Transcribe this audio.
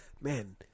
Man